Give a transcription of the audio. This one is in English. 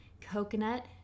coconut